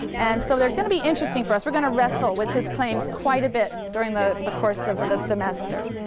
and so they're going to be interesting for us. we're going to wrestle with his claims quite a bit during the the course of the semester.